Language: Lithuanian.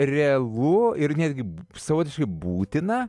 realu ir netgi savotiškai būtina